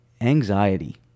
anxiety